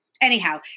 anyhow